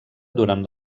durant